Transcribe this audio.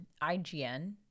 ign